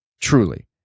truly